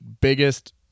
biggest